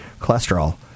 cholesterol